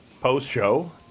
post-show